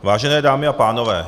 Vážené dámy a pánové.